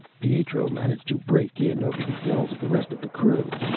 pietro managed to break in over the yells of the rest of the crew.